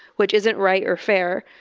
which isn't right or fair.